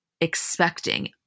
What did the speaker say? expecting